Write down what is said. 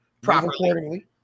properly